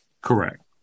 Correct